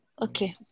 okay